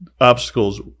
obstacles